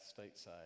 stateside